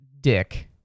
dick